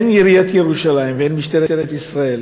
הן עיריית ירושלים והן משטרת ישראל